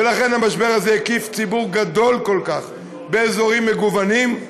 ולכן המשבר הזה הקיף ציבור גדול כל כך באזורים מגוונים,